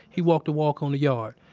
he walk the walk on the yard.